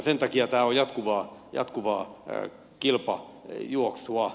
sen takia tämä on jatkuvaa kilpajuoksua